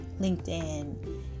LinkedIn